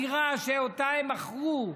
הדירה שהם מכרו.